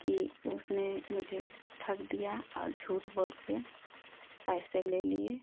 कि उसने मुझे ठग दिया और झूठ बोल के पैसे ले लिए